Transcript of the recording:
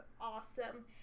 awesome